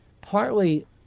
partly